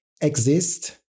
exist